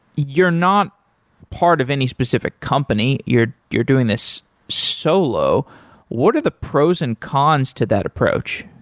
you're not part of any specific company. you're you're doing this solo what are the pros and cons to that approach?